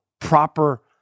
proper